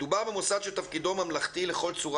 מדובר במוסד שתפקידו ממלכתי לכל צורה